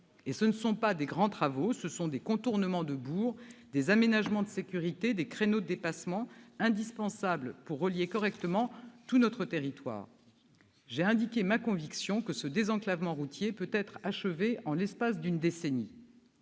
! Il ne s'agit pas de grands travaux, mais de contournements de bourgs, d'aménagements de sécurité, de créneaux de dépassement, indispensables pour relier correctement tout notre territoire. Je l'ai indiqué, je suis convaincue que ce désenclavement routier peut être achevé en l'espace d'une décennie.